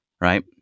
Right